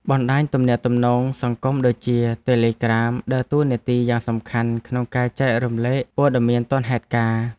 បណ្តាញទំនាក់ទំនងសង្គមដូចជាតេឡេក្រាមដើរតួនាទីយ៉ាងសំខាន់ក្នុងការចែករំលែកព័ត៌មានទាន់ហេតុការណ៍។